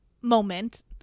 moment